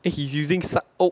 eh he's using some~ oh